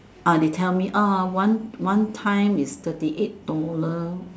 ah they tell me ah one one time is thirty eight dollar